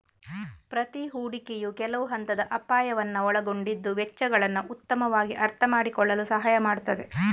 ಪ್ರತಿ ಹೂಡಿಕೆಯು ಕೆಲವು ಹಂತದ ಅಪಾಯವನ್ನ ಒಳಗೊಂಡಿದ್ದು ವೆಚ್ಚಗಳನ್ನ ಉತ್ತಮವಾಗಿ ಅರ್ಥಮಾಡಿಕೊಳ್ಳಲು ಸಹಾಯ ಮಾಡ್ತದೆ